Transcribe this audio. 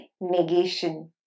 negation